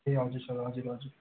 ए हजुर सर हजुर हजुर